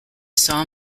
saw